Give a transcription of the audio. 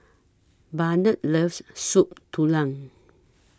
Burnett loves Soup Tulang